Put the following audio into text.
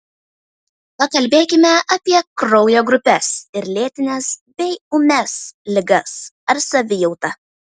pakalbėkime apie kraujo grupes ir lėtines bei ūmias ligas ar savijautą